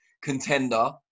contender